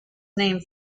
named